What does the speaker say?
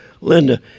Linda